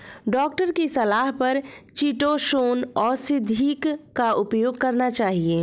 doctor की सलाह पर चीटोसोंन औषधि का उपयोग करना चाहिए